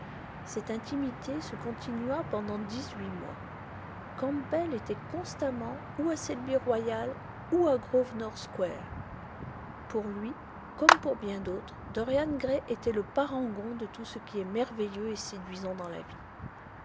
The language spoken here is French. cette intimité se continua pendant dix-huit mois campbell était constamment ou à selby royal ou à grosvenor square pour lui comme pour bien d'autres dorian gray était le parangon de tout ce qui est merveilleux et séduisant dans la vie